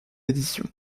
édition